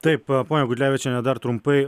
taip ponia gudlevičiene dar trumpai